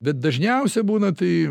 bet dažniausia būna tai